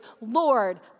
Lord